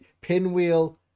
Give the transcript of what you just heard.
pinwheel